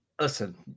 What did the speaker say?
Listen